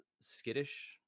skittish